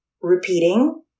repeating